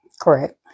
Correct